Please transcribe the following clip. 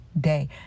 day